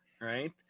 right